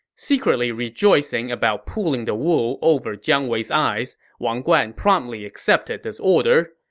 secretly rejoicing about pulling the wool over jiang wei's eyes, wang guan promptly accepted this order.